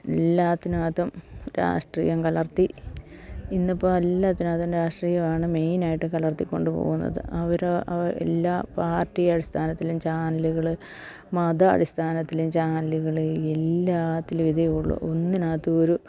എല്ലാറ്റിനകത്തും രാഷ്ട്രീയം കലർത്തി ഇന്നിപ്പോൾ എല്ലാറ്റിനകത്തും രാഷ്ട്രീയമാണ് മെയിനായിട്ട് കലർത്തി കൊണ്ട് പോകുന്നത് അവർ എല്ലാ പാർട്ടി അടിസ്ഥാനത്തിലും ചാനലുകൾ മത അടിസ്ഥാനത്തിലും ചാനലുകൾ എല്ലാറ്റിലും ഇതേയുള്ളൂ ഒന്നിനകത്തും ഒരു